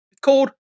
called